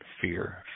fear